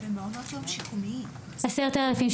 (אומרת דברים בשפת הסימנים, להלן תרגומם: